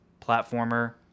platformer